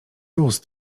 ust